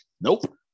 Nope